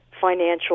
financial